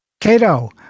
Cato